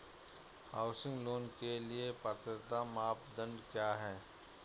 Housing loan के लिए पात्रता मानदंड क्या हैं?